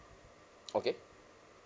okay